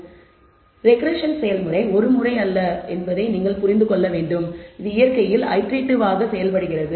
எனவே ரெக்ரெஸ்ஸன் செயல்முறை ஒரு முறை அல்ல என்பதை நீங்கள் புரிந்து கொள்ள வேண்டும் இது இயற்கையில் இடெரேட்டிவ் ஆக செயல்படுகிறது